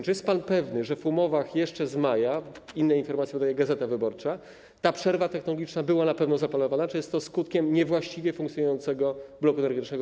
Czy jest pan pewny, że w umowach jeszcze z maja - inne informacje podaje „Gazeta Wyborcza” - ta przerwa technologiczna była zaplanowana, czy jest to skutkiem niewłaściwie funkcjonującego bloku energetycznego?